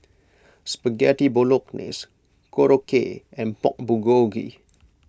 Spaghetti Bolognese Korokke and Pork Bulgogi